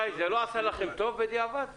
איתי, זה לא עשה לכם טוב, בדיעבד?